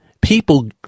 people